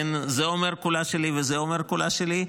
זה אומר "כולה שלי" וזה אומר "כולה שלי"